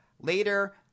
Later